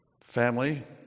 family